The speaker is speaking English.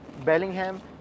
Bellingham